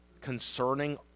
concerning